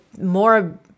more